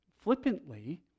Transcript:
flippantly